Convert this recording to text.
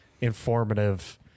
informative